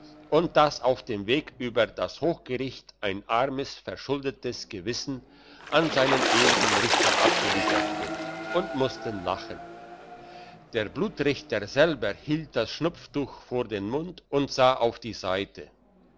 und dass auf dem weg über das hochgericht ein armes verschuldetes gewissen an seinen ewigen richter abgeliefert wird und mussten lachen der blutrichter selber hielt das schnupftuch vor den mund und sah auf die seite